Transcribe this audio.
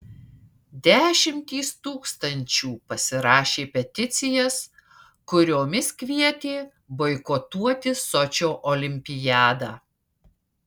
dešimtys tūkstančių pasirašė peticijas kuriomis kvietė boikotuoti sočio olimpiadą